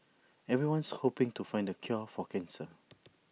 everyone's hoping to find the cure for cancer